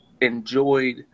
enjoyed